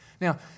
Now